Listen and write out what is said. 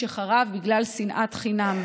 שחרבו בגלל שנאת חינם,